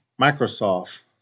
Microsoft